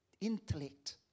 intellect